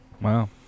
Wow